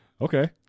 Okay